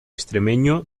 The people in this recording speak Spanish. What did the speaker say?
extremeño